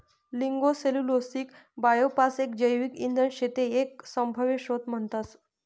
lignocellulosic biomass एक जैविक इंधन शे ते एक सभव्य स्त्रोत म्हणतस